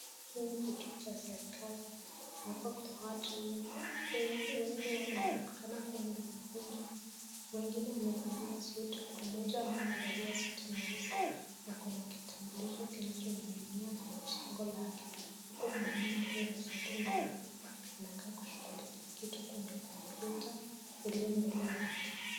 Hii ni kituo cha serikali na hapo kuna watu wengi wanaonekana kua ni wanaume, wengine wamevalia suti, kuna mmoja ambaye amevalia suti nyeusi na ako na kitambulisho kinacho ning'inia kwenye shingo lake, huku mwanaume aliye na shati nyeupe anakaa kushughulikia kitu kwenye kompyuta iliyo mbele yake.